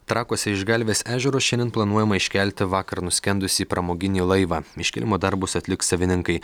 trakuose iš galvės ežero šiandien planuojama iškelti vakar nuskendusį pramoginį laivą iškėlimo darbus atliks savininkai